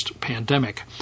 pandemic